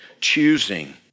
choosing